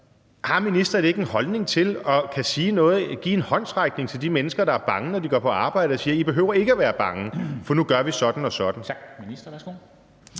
kan ministeren ikke give en håndsrækning til de mennesker, der er bange, når de går på arbejde, og sige: I ikke behøver at være bange, for nu gør vi sådan og sådan?